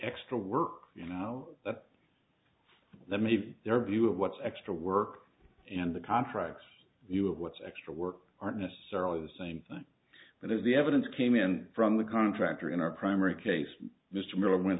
extra work you know that that made their view of what's extra work and the contracts you of what's extra work aren't necessarily the same thing but as the evidence came in from the contractor in our primary case mr